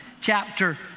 chapter